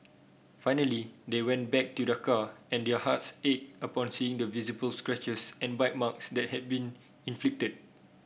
finally they went back to their car and their hearts ached upon seeing the visible scratches and bite marks that had been inflicted